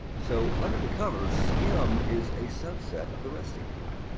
so under the cover, scim is a subset of the rest api.